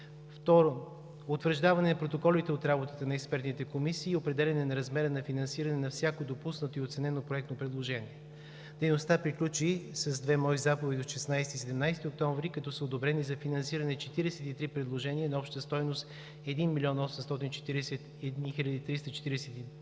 Второ, утвърждаване на протоколите от работата на експертните комисии и определяне на размера на финансиране на всяко допуснато и оценено проектно предложение. Дейността приключи с две мои заповеди от 16 и 17 октомври, като са одобрени за финансиране 43 предложения на обща стойност 1 млн. 840 хил. 343 лв.,